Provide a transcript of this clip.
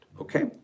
Okay